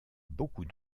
beaucoup